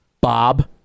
Bob